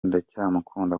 ndacyamukunda